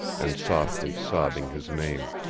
and softly sobbing his name.